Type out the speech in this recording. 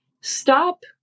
stop